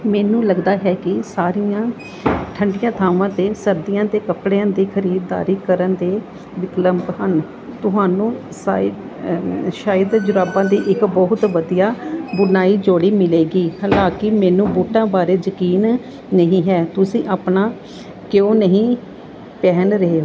ਮੈਨੂੰ ਲੱਗਦਾ ਹੈ ਕਿ ਸਾਰੀਆਂ ਠੰਡੀਆਂ ਥਾਵਾਂ 'ਤੇ ਸਰਦੀਆਂ ਦੇ ਕੱਪੜਿਆਂ ਦੀ ਖਰੀਦਾਰੀ ਕਰਨ ਦੇ ਵਿਕਲਪ ਹਨ ਤੁਹਾਨੂੰ ਸਾਇ ਸ਼ਾਇਦ ਜੁਰਾਬਾਂ ਦੀ ਇੱਕ ਬਹੁਤ ਵਧੀਆ ਬੁਨਾਈ ਜੋੜੀ ਮਿਲੇਗੀ ਹਾਲਾਂਕੀ ਮੈਨੂੰ ਬੂਟਾਂ ਬਾਰੇ ਯਕੀਨ ਨਹੀਂ ਹੈ ਤੁਸੀਂ ਆਪਣਾ ਕਿਉਂ ਨਹੀਂ ਪਹਿਨ ਰਹੇ